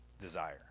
desire